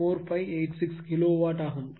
4586 kilowatt ஆகும்